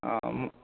অঁ